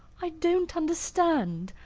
i don't understand.